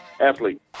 athlete